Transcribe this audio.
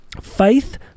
Faith